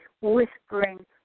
whispering